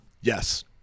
Yes